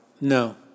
No